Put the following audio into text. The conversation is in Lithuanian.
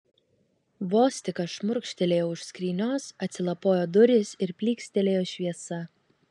vos tik aš šmurkštelėjau už skrynios atsilapojo durys ir plykstelėjo šviesa